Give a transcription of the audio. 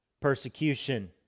persecution